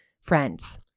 Friends